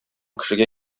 кешегә